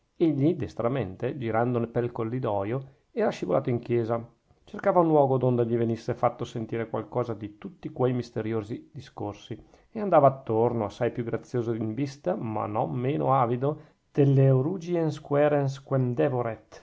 capitolo egli destramente girando pel corridoio era scivolato in chiesa cercava un luogo donde gli venisse fatto sentire qualcosa di tutti quei misteriosi discorsi e andava attorno assai più grazioso in vista ma non meno avido